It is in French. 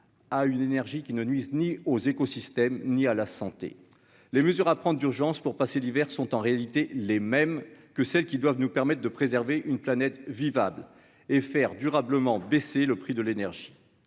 à une énergie qui ne nuise ni aux écosystèmes, ni à la santé, les mesures à prendre d'urgence pour passer l'hiver sont en réalité les mêmes que celles qui doivent nous permettent de préserver une planète vivable et faire durablement baisser le prix de l'énergie,